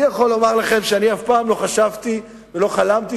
אני יכול לומר לכם שאני אף פעם לא חשבתי ולא חלמתי